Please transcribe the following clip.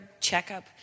checkup